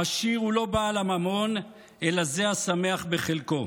העשיר הוא לא בעל הממון אלא זה השמח בחלקו,